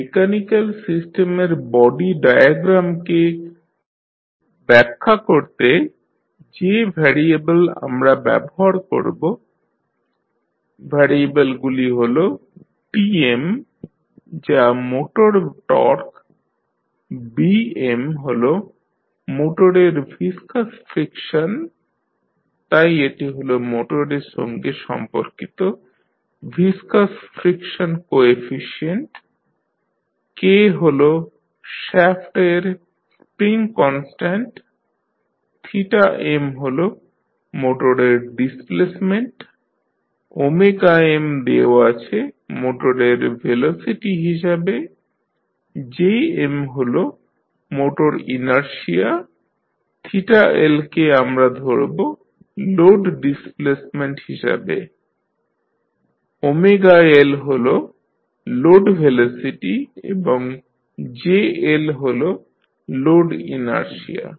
এই মেকানিক্যাল সিস্টেমের বডি ডায়াগ্রামকে ব্যাখ্যা করতে যে ভ্যারিয়েবেল আমরা ব্যবহার করব ভ্যারিয়েবেলগুলি হল Tm যা হল মোটর টর্ক Bm হল মোটরের ভিসকাস ফ্রিকশন তাই এটি হল মোটরের সঙ্গে সম্পর্কিত ভিসকাস ফ্রিকশন কোএফিশিয়েন্ট K হল শ্যাফ্ট এর স্প্রিং কনস্ট্যান্ট m হল মোটর ডিসপ্লেসমেন্ট m দেওয়া আছে মোটর ভেলোসিটি হিসাবে Jm হল মোটর ইনারশিয়া L কে আমরা ধরব লোড ডিসপ্লেসমেন্ট হিসাবে L হল লোড ভেলোসিটি এবং JL হল লোড ইনারশিয়া